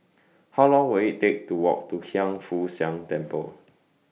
How Long Will IT Take to Walk to Hiang Foo Siang Temple